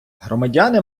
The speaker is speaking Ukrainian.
громадяни